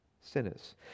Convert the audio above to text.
sinners